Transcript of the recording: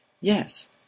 yes